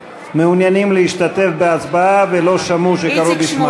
שמעוניינים להשתתף בהצבעה ולא שמעו שקראו בשמם?